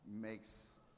makes